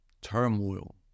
turmoil